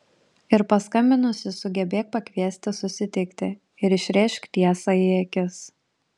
ir paskambinusi sugebėk pakviesti susitikti ir išrėžk tiesą į akis